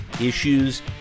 issues